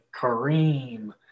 Kareem